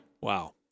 Wow